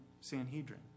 Sanhedrin